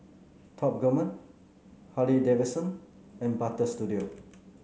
Top Gourmet Harley Davidson and Butter Studio